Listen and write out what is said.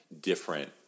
different